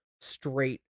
straight